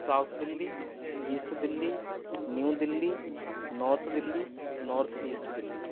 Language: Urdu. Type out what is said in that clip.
south Delhi east Delhi new Delhi north Delhi north east Delhi